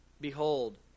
behold